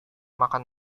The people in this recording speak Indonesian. makan